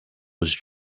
was